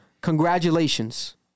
Congratulations